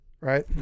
right